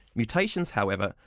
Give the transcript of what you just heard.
mutations, however,